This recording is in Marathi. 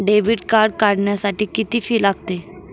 डेबिट कार्ड काढण्यासाठी किती फी लागते?